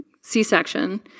C-section